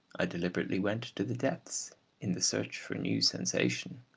i deliberately went to the depths in the search for new sensation.